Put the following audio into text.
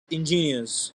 engineers